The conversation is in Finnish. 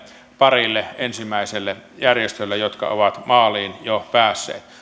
parille ensimmäiselle järjestölle jotka ovat maaliin jo päässeet